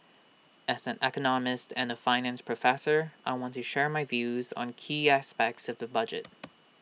as an economist and A finance professor I want to share my views on key aspects of the budget